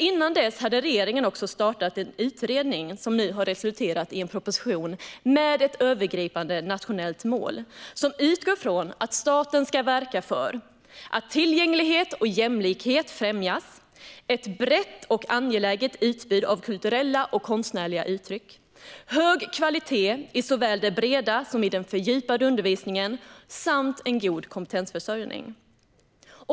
Innan dess hade regeringen tillsatt en utredning, som nu har resulterat i en proposition med ett övergripande nationellt mål som utgår från att staten ska verka för att tillgänglighet och jämlikhet främjas ett brett och angeläget utbud av kulturella och konstnärliga uttryck hög kvalitet såväl i den breda som i den fördjupade undervisningen god kompetensförsörjning.